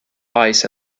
eyes